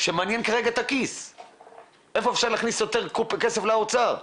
שמעניין כרגע הכיס, איפה אפשר להכניס יותר כסף לאוצר,